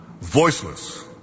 voiceless